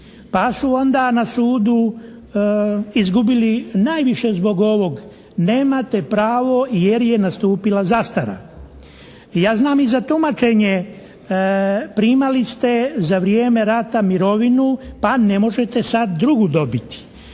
Pa su onda na sudu izgubili najviše zbog ovog nemate pravo jer je nastupila zastara. Ja znam i za tumačenje, primali ste za vrijeme rata mirovinu pa ne možete sad drugu dobiti.